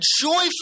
Joyful